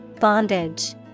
Bondage